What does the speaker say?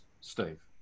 Steve